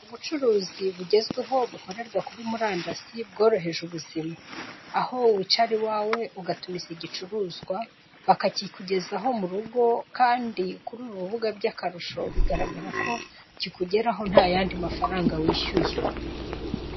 Ubucuruzi bugezweho bukorerwa kuri murandasi bworoheje ubuzima aho wicara iwawe ugatumiza igicuruzwa bakakikugezaho mu rugo kandi kuri uru rubuga by'akarusho bigaragara ko kikugeraho nta yandi mafaranga wishyuye.